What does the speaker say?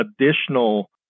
additional